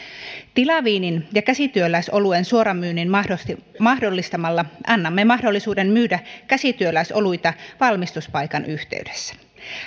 tilaviinin ja käsityöläisoluen suoramyynnin mahdollistamalla mahdollistamalla annamme mahdollisuuden myydä käsityöläisoluita valmistuspaikan yhteydessä